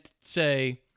say